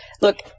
Look